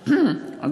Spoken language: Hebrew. היושב-ראש,